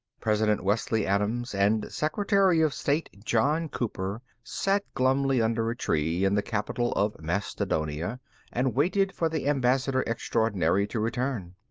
president wesley adams and secretary of state john cooper sat glumly under a tree in the capital of mastodonia and waited for the ambassador extraordinary to return.